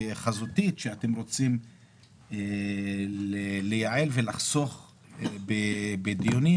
חזותית שאתם רוצים לייעל ולחסוך בדיונים,